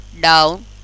down